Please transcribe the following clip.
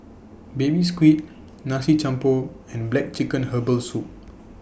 Baby Squid Nasi Campur and Black Chicken Herbal Soup